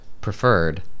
preferred